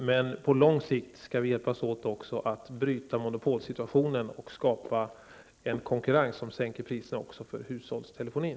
Men på lång sikt skall vi hjälpas åt också att bryta monopolsituationen och skapa en konkurrens som sänker priserna också för hushållstelefonin.